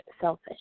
selfish